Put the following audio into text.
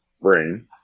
brain